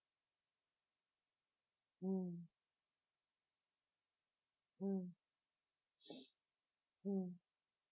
mm mm mm